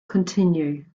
continue